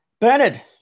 Bernard